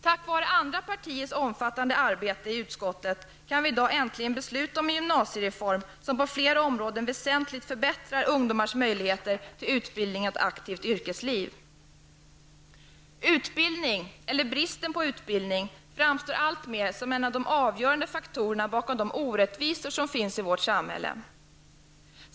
Tack vare andra partiers omfattande arbete i utskottet kan vi i dag äntligen besluta om en gymnasiereform som på flera områden väsentligt förbättrar ungdomars möjligheter till utbildning och ett aktivt yrkesliv. Utbildning, eller bristen på utbildning, framstår alltmer som en av de avgörande faktorerna bakom de orättvisor som finns i vårt samhälle.